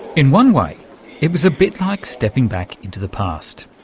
in one way it was a bit like stepping back into the past.